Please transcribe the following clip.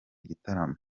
gitaramo